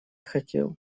хотел